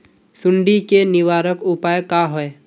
सुंडी के निवारक उपाय का होए?